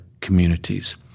communities